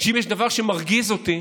שאם יש דבר שמרגיז אותי